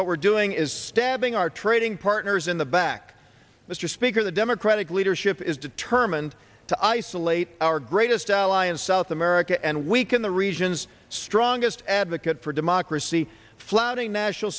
what we're doing is stabbing our trading partners in the back mr speaker the democratic leadership is determined to isolate our greatest ally in south america and weaken the region's strongest advocate for democracy flouting national